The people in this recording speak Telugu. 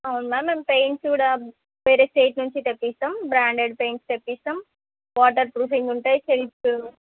అవును మ్యామ్ మేం పెయింట్స్ కూడా వేరే స్టేట్ నుంచి తెప్పిస్తాం బ్రాండెడ్ పెయింట్స్ తెప్పిస్తాం వాటర్ ప్రూఫింగ్ ఉంటాయి